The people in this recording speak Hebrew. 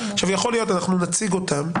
אנחנו נציג אותן.